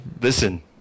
listen